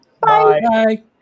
Bye